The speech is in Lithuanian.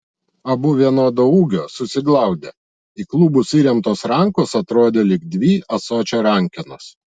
abu vienodo ūgio susiglaudę į klubus įremtos rankos atrodė lyg dvi ąsočio rankenos